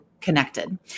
connected